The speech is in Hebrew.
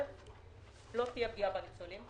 אל"ף, לא תהיה פגיעה בניצולים.